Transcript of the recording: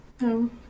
No